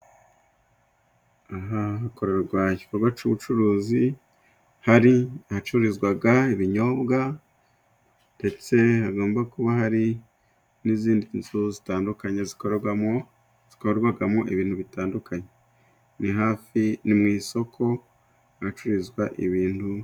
Aha hakorerwa igikorwa c'ubucuruzi hari hacururizwaga ibinyobwa ndetse hagomba kuba hari n'izindi nzu zitandukanye zikorwamo zikorwagamo ibintu bitandukanye. Ni hafi ni mu isoko ahacururizwa ibintu.